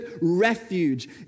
refuge